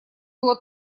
было